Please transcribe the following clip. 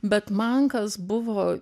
bet man kas buvo